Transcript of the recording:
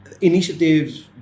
initiatives